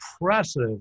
impressive